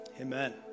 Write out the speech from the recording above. Amen